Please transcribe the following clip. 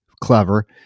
Clever